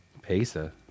Pesa